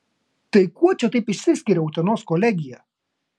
tai kuo čia taip išsiskiria utenos kolegija